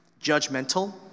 judgmental